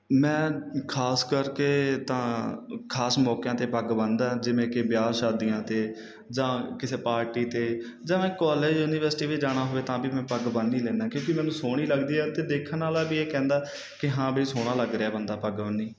ਮੈਂ ਖਾਸ ਕਰਕੇ ਤਾਂ ਖ਼ਾਸ ਮੌਕਿਆਂ 'ਤੇ ਪੱਗ ਬੰਨ੍ਹਦਾ ਜਿਵੇਂ ਕਿ ਵਿਆਹ ਸ਼ਾਦੀਆਂ 'ਤੇ ਜਾਂ ਕਿਸੇ ਪਾਰਟੀ 'ਤੇ ਜਾਂ ਕਾਲਜ ਯੂਨੀਵਰਸਿਟੀ ਵੀ ਜਾਣਾ ਹੋਵੇ ਤਾਂ ਵੀ ਮੈਂ ਪੱਗ ਬੰਨ੍ਹ ਹੀ ਲੈਨਾ ਕਿਉਂਕਿ ਮੈਨੂੰ ਸੋਹਣੀ ਲੱਗਦੀ ਆ ਅਤੇ ਦੇਖਣ ਵਾਲਾ ਵੀ ਇਹ ਕਹਿੰਦਾ ਕਿ ਹਾਂ ਬਈ ਸੋਹਣਾ ਲੱਗ ਰਿਹਾ ਬੰਦਾ ਪੱਗ ਬੰਨੀ